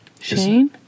Shane